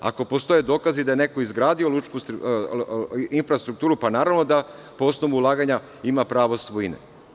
Ako postoje dokazi da je neko izgradio lučku infrastrukturu, pa naravno da po osnovu ulaganja ima pravo svojine.